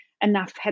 enough